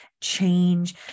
change